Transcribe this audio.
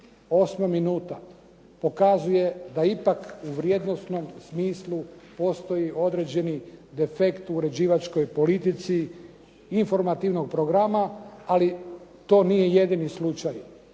Osma minuta pokazuje da ipak u vrijednosnom smislu postoje određeni defekt u uređivačkoj politici, informativnog programa. Ali to nije jedini slučaj.